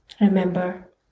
Remember